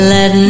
Let